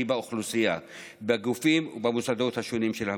באוכלוסייה בגופים ובמוסדות השונים של המדינה.